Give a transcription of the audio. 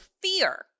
fear